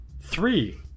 Three